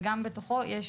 וגם בתוכו יש,